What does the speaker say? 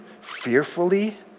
fearfully